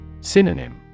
Synonym